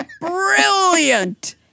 brilliant